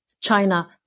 China